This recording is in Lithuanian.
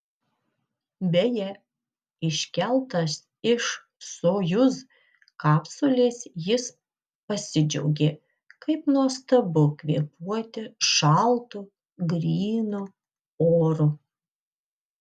beje iškeltas iš sojuz kapsulės jis pasidžiaugė kaip nuostabu kvėpuoti šaltu grynu oru